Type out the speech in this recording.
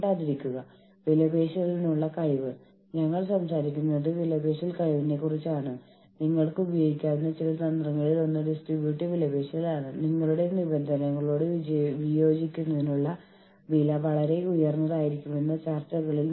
അതിന്റെ പ്രധാന ലക്ഷ്യം സ്ഥാപനത്തിനുള്ളിൽ ജീവനക്കാരുടെ സന്തുലിതാവസ്ഥ ജീവനക്കാരോടുള്ള ന്യായമായ പെരുമാറ്റം ഉറപ്പാക്കുക എന്നതാണ്